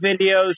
videos